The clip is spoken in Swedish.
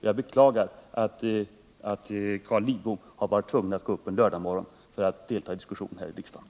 Jag beklagar att Carl Lidbom varit tvungen att gå upp en lördagsmorgon för att delta i diskussionen här i kammaren.